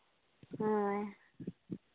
ᱦᱳᱭ